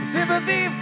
Sympathy